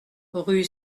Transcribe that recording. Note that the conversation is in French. rue